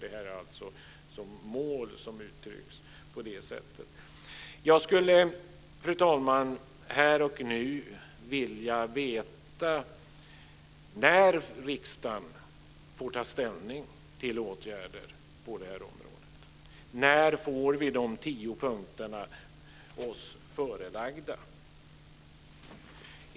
Det här är alltså mål som uttrycks på det sättet. Jag skulle, fru talman, här och nu vilja veta när riksdagen får ta ställning till åtgärder på det här området. När får vi de tio punkterna oss förelagda?